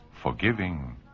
forgiving